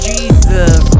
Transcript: Jesus